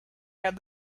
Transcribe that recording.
had